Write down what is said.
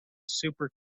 super